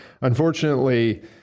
Unfortunately